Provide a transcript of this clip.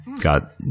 got